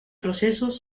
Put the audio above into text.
procesos